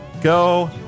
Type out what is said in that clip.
go